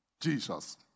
jesus